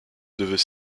devaient